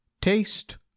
Taste